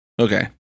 Okay